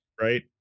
right